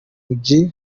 mujyi